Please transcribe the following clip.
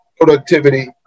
productivity